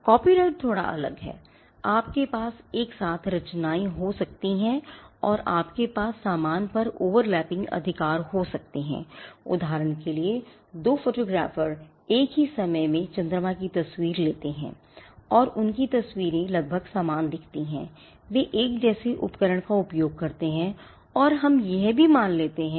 copyright थोड़ा अलग है आपके पास एक साथ रचनाएं हो सकती हैं और आपके पास समान कार्यों पर ओवरलैपिंग करते हैं